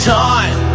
time